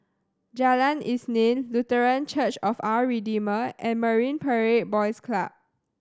Jalan Isnin Lutheran Church of Our Redeemer and Marine Parade Boys Club